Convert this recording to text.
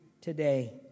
today